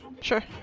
Sure